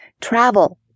travel